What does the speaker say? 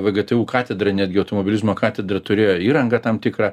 vgtu katedrai netgi automobilizmo katedra turėjo įrangą tam tikrą